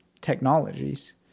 technologies